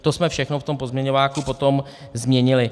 To jsme všechno v tom pozměňováku potom změnili.